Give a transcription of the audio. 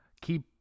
keep